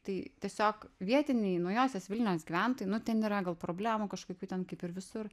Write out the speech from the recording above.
tai tiesiog vietiniai naujosios vilnios gyventojai nu ten yra gal problemų kažkokių ten kaip ir visur